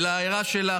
ולהערה שלך,